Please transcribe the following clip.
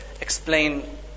explain